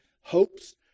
hopes